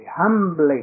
humbly